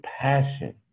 passion